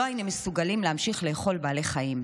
לא היינו מסוגלים להמשיך לאכול בעלי חיים.